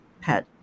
pet